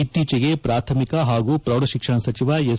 ಇತ್ತೀಚೆಗೆ ಪ್ರಾಥಮಿಕ ಹಾಗೂ ಪ್ರೌಢಶಿಕ್ಷಣ ಸಚಿವ ಎಸ್